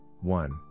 one